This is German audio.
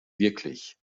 wirklich